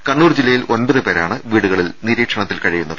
കണ്ണൂർ ജില്ലയിൽ ഒൻപതുപേരാണ് വീടുകളിൽ നിരീക്ഷ ണത്തിൽ കഴിയുന്നത്